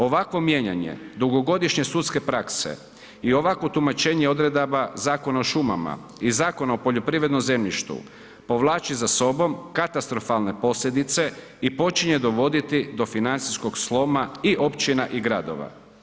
Ovakvo mijenjanje dugogodišnje sudske prakse i ovakvo tumačenje odredaba Zakona o šumama i Zakona o poljoprivrednom zemljištu povlači za sobom katastrofalne posljedice i počinje dovoditi do financijskog sloma i općina i gradova.